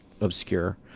obscure